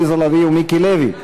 עליזה לביא ומיקי לוי,